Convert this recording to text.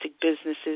businesses